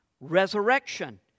resurrection